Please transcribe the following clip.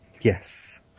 Yes